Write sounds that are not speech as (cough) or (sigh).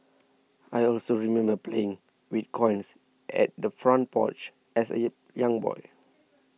I also remember playing with coins at the front porch as a (hesitation) young boy